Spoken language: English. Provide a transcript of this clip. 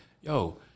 yo